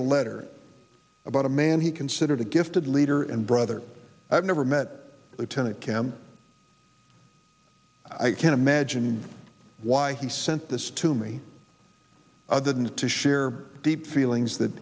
a letter about a man he considered a gifted leader and brother i've never met lieutenant kam i can't imagine why he sent this to me other than to share deep feelings that